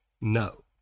No